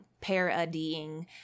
parodying